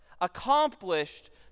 accomplished